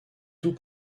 tout